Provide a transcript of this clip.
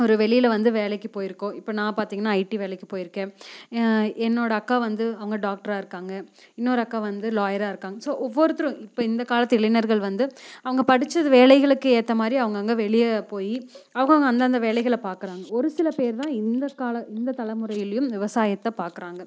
ஒரு வெளியில் வந்து வேலைக்கு போய்ருக்கோம் இப்போ நான் பார்த்திங்கனா ஐடி வேலைக்கு போய்ருக்கேன் என்னோட அக்கா வந்து அவங்க டாக்டரா இருக்காங்க இன்னொரு அக்கா வந்து லாயராக இருக்காங்க ஸோ ஒவ்வொருத்தரும் இப்போ இந்தக் காலத்து இளைஞர்கள் வந்து அவங்க படித்தது வேலைகளுக்கு ஏற்ற மாதிரி அங்கங்கே வெளியே போய் அவுங்கவங்க அந்தந்த வேலைகளை பாக்கிறாங்க ஒருசில பேர் தான் இந்தக் கால இந்த தலைமுறையிலையும் விவசாயத்தை பாக்கிறாங்க